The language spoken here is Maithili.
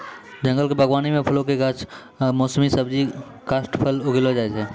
जंगल क बागबानी म फलो कॅ गाछ, मौसमी सब्जी, काष्ठफल उगैलो जाय छै